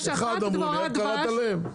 אחד אמרת, איך קראת להם?